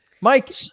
Mike